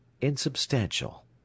insubstantial